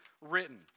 written